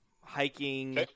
hiking